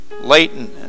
latent